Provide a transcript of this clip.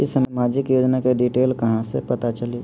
ई सामाजिक योजना के डिटेल कहा से पता चली?